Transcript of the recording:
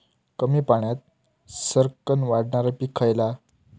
कमी पाण्यात सरक्कन वाढणारा पीक खयला?